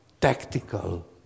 tactical